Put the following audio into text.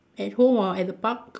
at home or at the park